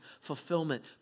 fulfillment